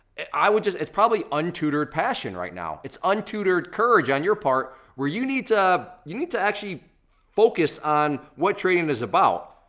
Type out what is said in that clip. i would just, it's probably untutored passion right now, it's untutored courage on your part, where you need to, you need to actually focus on what trading is about.